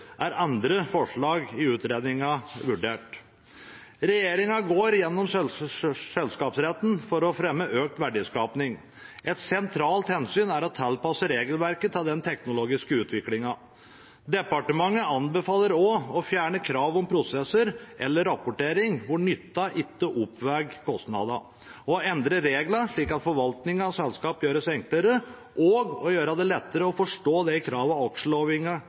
er andre forslag i utredningen vurdert. Regjeringen gjennomgår selskapsretten for å fremme økt verdiskaping. Et sentralt hensyn er å tilpasse regelverket til den teknologiske utviklingen. Departementet anbefaler også å fjerne krav om prosesser eller rapportering hvor nytten ikke oppveier kostnaden, å endre reglene slik at forvaltningen av selskap gjøres enklere, og å gjøre det lettere å forstå